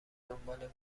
دنبال